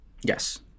Yes